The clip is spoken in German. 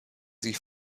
sie